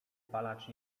palacz